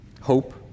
hope